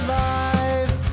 life